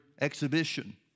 exhibition